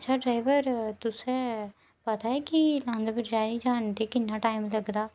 अच्छा ड्राइवर तुसें पता ऐ कि नंद पंचैरी जाने गी कि'न्ना टाइम लगदा